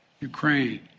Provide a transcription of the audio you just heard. Ukraine